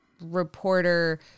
reporter-